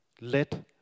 let